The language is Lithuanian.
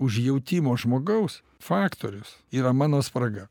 užjautimo žmogaus faktorius yra mano spraga